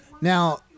Now